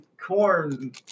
corn